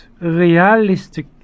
realistic